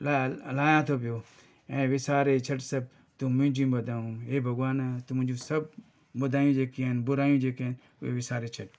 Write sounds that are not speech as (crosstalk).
(unintelligible) लायां थो पियो ऐं विसारे छॾ सभु तूं मुंहिंजूं मदायूं हे भॻवान तूं मुंहिंजूं सभु मदायूं जेके आहिनि बुरायूं जेके आहिनि उहे विसारे छॾ